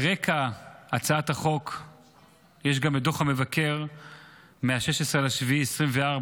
ברקע הצעת החוק יש גם את דוח המבקר מ-16 ביולי 2024,